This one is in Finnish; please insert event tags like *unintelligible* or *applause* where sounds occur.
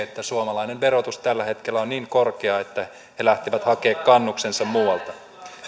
*unintelligible* että suomalainen verotus tällä hetkellä on niin korkea että he lähtevät hakemaan kannuksensa muualta